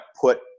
put